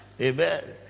Amen